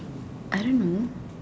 I don't know